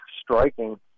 striking